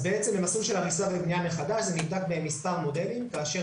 אז במסלול של הריסה ובנייה מחדש זה נבדק במספר מודלים כאשר